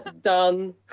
Done